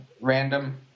random